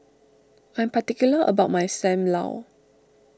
I'm particular about my Sam Lau